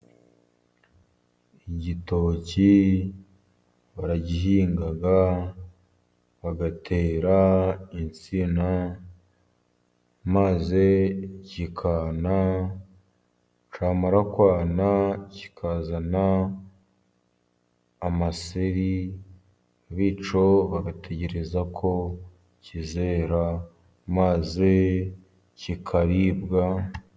Igitoki baragihinga, bagatera insina, maze kikana, cyamara kwana kikazana amaseri, bityo bagategereza ko kizera, maze kikaribwa.